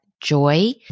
joy